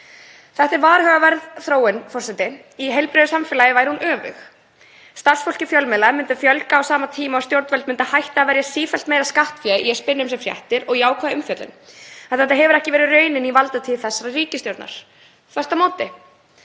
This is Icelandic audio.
Þetta er varhugaverð þróun, forseti. Í heilbrigðu samfélagi væri hún öfug. Starfsfólki fjölmiðla myndi fjölga á sama tíma og stjórnvöld myndu hætta að verja sífellt meira skattfé í að spinna um sig fréttir og jákvæða umfjöllun. Þetta hefur ekki verið raunin í valdatíð þessarar ríkisstjórnar, þvert á móti.